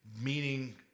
Meaning